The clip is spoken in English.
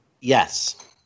Yes